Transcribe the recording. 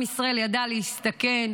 עם ישראל ידע להסתכן,